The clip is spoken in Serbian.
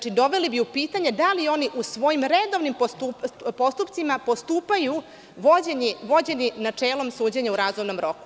Dakle, doveli bi u pitanje da li oni u svojim redovnim postupcima postupaju vođeni načelom suđenja u razumnom roku.